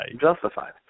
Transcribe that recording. justified